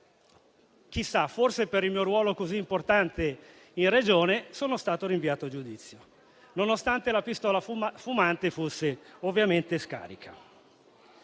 Invece, forse per il mio ruolo così importante in Regione, sono stato rinviato a giudizio, nonostante la pistola fumante fosse ovviamente scarica.